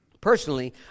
personally